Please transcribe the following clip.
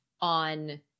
on